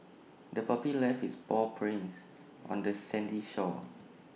the puppy left its paw prints on the sandy shore